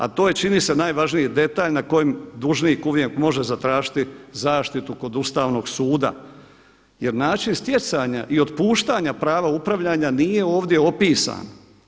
A to je čini se najvažniji detalj na kojem dužnik uvijek može zatražiti zaštitu kod Ustavnog suda jer način stjecanja i otpuštanja prava upravljanja nije ovdje opisan.